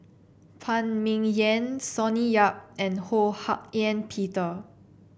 Phan Ming Yen Sonny Yap and Ho Hak Ean Peter